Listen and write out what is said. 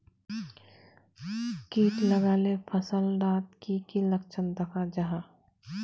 किट लगाले फसल डात की की लक्षण दखा जहा?